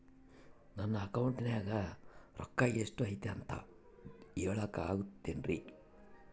ನನ್ನ ಅಕೌಂಟಿನ್ಯಾಗ ರೊಕ್ಕ ಎಷ್ಟು ಐತಿ ಅಂತ ಹೇಳಕ ಆಗುತ್ತೆನ್ರಿ?